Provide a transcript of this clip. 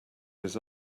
his